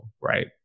Right